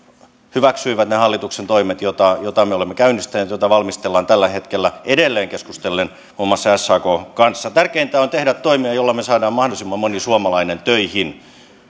hyväksyivät ne hallituksen toimet joita me olemme käynnistäneet ja joita valmistellaan tällä hetkellä edelleen keskustellen muun muassa sakn kanssa tärkeintä on tehdä toimia joilla me saamme mahdollisimman monet suomalaiset töihin